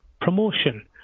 promotion